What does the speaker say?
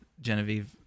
Genevieve